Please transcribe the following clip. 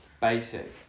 basic